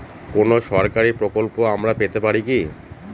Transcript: কোন সরকারি প্রকল্প আমরা পেতে পারি কি?